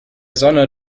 sonne